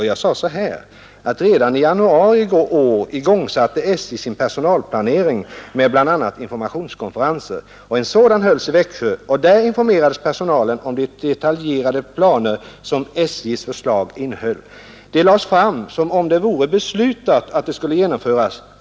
Jag sade så här: ” Redan i januari i år igångsatte SJ sin personalplanering med bl.a. informationskonferenser. En sådan hölls i Växjö, och där informerades personalen om de detaljerade planer som SJ:s förslag innehöll. De lades fram som om det vore beslutat att de skulle genomföras.